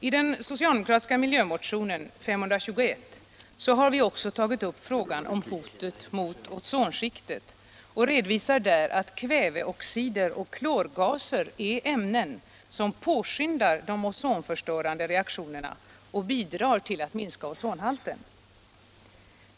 I den socialdemokratiska miljömotionen 521 har vi tagit upp också frågan om hotet mot ozonskiktet och redovisar där att kväveoxider och klorgaser är ämnen, som påskyndar de ozonförstörande reaktionerna och bidrar till att minska ozonhalten.